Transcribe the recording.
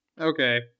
Okay